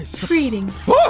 Greetings